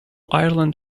ireland